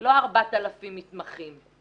לא 4,000 מתמחים,